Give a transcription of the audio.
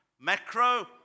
Macro